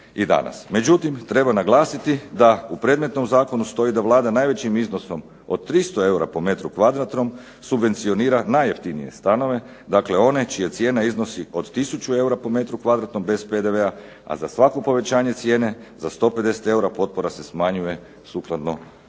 Međutim, treba naglasiti da u predmetnom zakonu stoji da Vlada najvećim iznosom od 300 eura po metru kvadratnom subvencionira najjeftinije stanove, dakle one čija cijena iznosi od tisuću eura po metru kvadratnom bez PDV-a a za svako povećanje cijene za 150 eura potpora se smanjuje sukladno